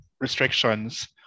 restrictions